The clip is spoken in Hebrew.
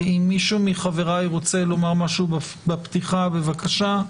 אם מישהו מחבריי רוצה לומר משהו בפתיחה, בבקשה.